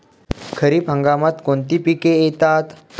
खरीप हंगामात कोणती पिके येतात?